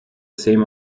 same